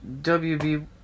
WB